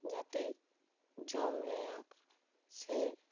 ᱡᱟᱛᱮ ᱡᱚᱢ ᱨᱮᱭᱟᱜ ᱥᱮ